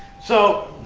so,